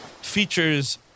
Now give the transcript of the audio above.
features